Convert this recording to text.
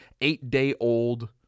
eight-day-old